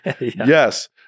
yes